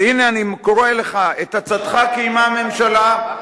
והנה, אני קורא לך, את עצתך קיימה הממשלה.